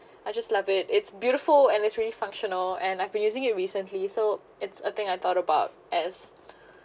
I just love it it's beautiful and it's really functional and I've been using it recently so it's a thing I thought about as